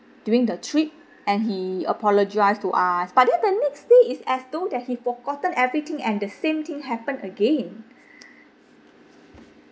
during the trip and he apologise to us but then the next day is as though that he forgotten everything and the same thing happen again